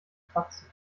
kratzen